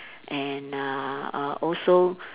and uh uh also